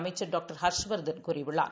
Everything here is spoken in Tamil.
அமைச்சர் டாக்டர் ஹர்ஷவர்தன் கூறியுள்ளார்